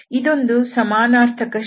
ಇದೊಂದು ಸಮಾನಾರ್ಥಕ ಷರತ್ತು